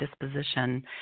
disposition